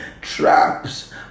traps